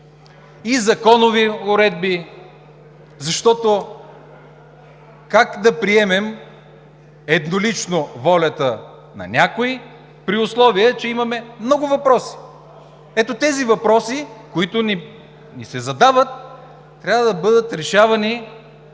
и законови уредби. Как да приемем еднолично волята на някой, при условие че имаме много въпроси? Тези въпроси, които ни се задават, трябва да бъдат решавани